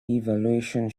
evaluation